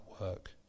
work